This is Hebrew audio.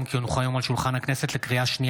כי הצעת חוק לתיקון פקודת מס הכנסה (מס' 270)